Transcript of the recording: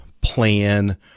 plan